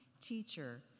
Teacher